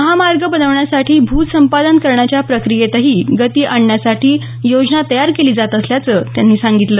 महामार्ग बनवण्यासाठी भूसंपादन करण्याच्या प्रक्रियेतही गती आणण्यासाठी योजना तयार केली जात असल्याचं त्यांनी सांगितलं